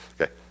Okay